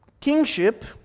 kingship